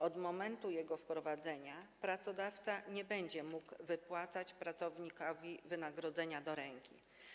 Od momentu jego wprowadzenia pracodawca nie będzie mógł wypłacać pracownikowi wynagrodzenia do ręki.